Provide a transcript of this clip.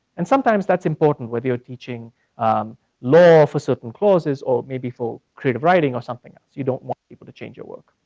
and sometimes that's important whether you're teaching law for certain clauses or maybe for creative writing or something else. you don't want people to change your work,